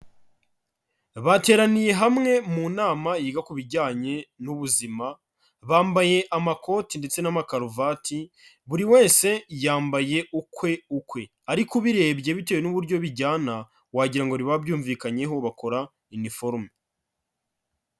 Bateraniye hamwe mu nama yiga ku bijyanye n'ubuzima, bambaye amakoti ndetse n'amakaruvati, buri wese yambaye ukwe ukwe, ariko ubirebye bitewe n'uburyo bijyana wagira ngo bari babyumvikanyeho bakora iniforume.